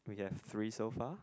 we have three so far